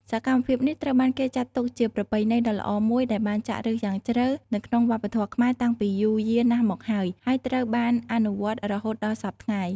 សកម្មភាពនេះត្រូវបានគេចាត់ទុកជាប្រពៃណីដ៏ល្អមួយដែលបានចាក់ឫសយ៉ាងជ្រៅនៅក្នុងវប្បធម៌ខ្មែរតាំងពីយូរយារណាស់មកហើយ ហើយត្រូវបានអនុវត្តរហូតដល់សព្វថ្ងៃ។